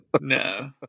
No